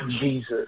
Jesus